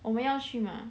我们要去吗